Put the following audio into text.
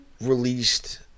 Released